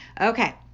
Okay